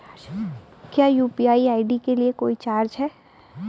क्या UPI ID के लिए कोई चार्ज है?